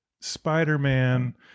Spider-Man